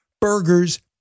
burgers